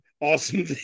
awesome